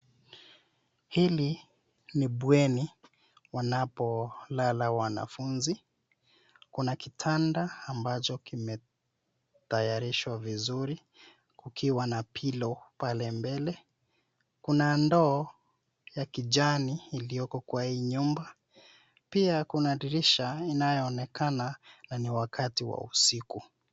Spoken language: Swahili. Hili ni bweni wanapolala wanafunzi, kuna kitanda ambacho kimetayarishwa vizuri kukiwa na pillow pale mbele. Kuna ndoo ya kijani iliyoko kwa hii nyumba. Pia kuna dirisha inayoonekana na ni wakati wa usiku.